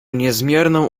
niezmierną